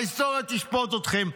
ההיסטוריה תשפוט אתכם.